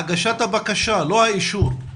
הגשת הבקשה לא האישור.